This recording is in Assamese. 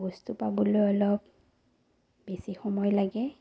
বস্তু পাবলৈ অলপ বেছি সময় লাগে